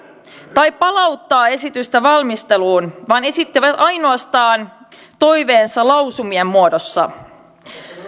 tai palauttaa esitystä valmisteluun vaan esittivät ainoastaan toiveensa lausumien muodossa